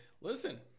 listen